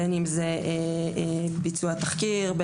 בין אם זה ביצוע תחקיר,